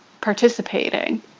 participating